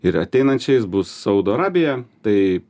ir ateinančiais bus saudo arabija tai